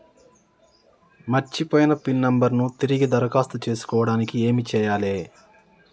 మర్చిపోయిన pin number ను తిరిగి దరఖాస్తు చేసుకోవడానికి ఏమి చేయాలే?